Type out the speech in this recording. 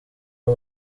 aho